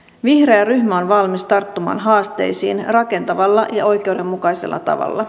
vihreä ryhmä on valmis tarttumaan haasteisiin rakentavalla ja oikeudenmukaisella tavalla